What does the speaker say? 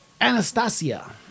Anastasia